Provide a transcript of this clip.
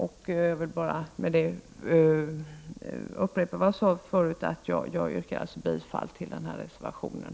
Jag vill än en gång yrka bifall till reservationen.